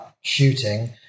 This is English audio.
shooting